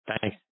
Thanks